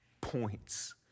points